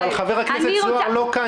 אבל חבר הכנסת זוהר לא כאן.